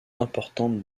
importantes